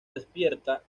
despierta